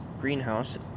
greenhouse